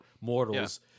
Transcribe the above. mortals